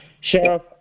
Sheriff